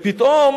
פתאום